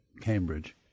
Cambridge